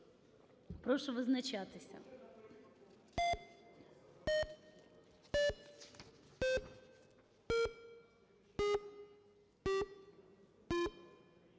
Прошу визначатися.